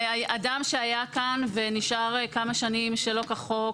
אדם שהיה כאן ונשאר כמה שנים שלא כחוק,